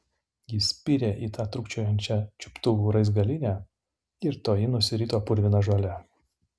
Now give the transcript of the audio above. ji spyrė į tą trūkčiojančią čiuptuvų raizgalynę ir toji nusirito purvina žole